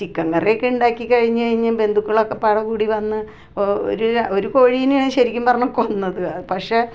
chicken കറിയൊക്കെ ഉണ്ടാക്കി കഴിഞ്ഞ് കഴിഞ്ഞ് ബന്ധുക്കളൊക്കെ പട കൂടി വന്ന് ഒരു കോഴിയെയാണ് ശരിക്കും പറഞ്ഞാൽ കൊന്നത് അ പക്ഷെ